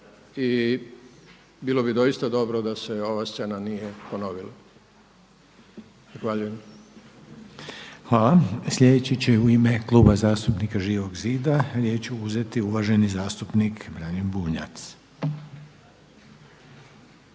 i bilo bi doista dobro da se ova scena nije ponovila. Zahvaljujem. **Reiner, Željko (HDZ)** Hvala. Sljedeći će u ime Kluba zastupnika Živog zida riječ uzeti uvaženi zastupnik Branimir Bunjac.